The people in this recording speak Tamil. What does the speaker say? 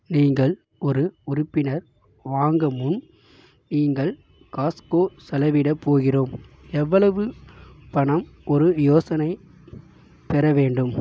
நீங்கள் ஒரு உறுப்பினர் வாங்க முன் நீங்கள் காஸ்ட்கோ செலவிட போகிறோம் எவ்வளவு பணம் ஒரு யோசனை பெற வேண்டும்